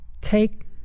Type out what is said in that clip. take